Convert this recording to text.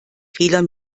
fehler